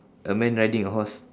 a man riding a horse